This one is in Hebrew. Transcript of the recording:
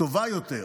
טובה יותר,